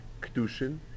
Kedushin